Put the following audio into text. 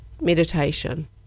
meditation